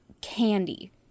candy